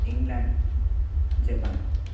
England Japan